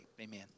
Amen